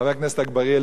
חבר הכנסת אגבאריה,